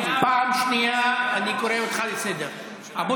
אל תבלבל את המוח, תערבב, תערבב.